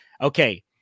Okay